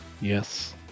Yes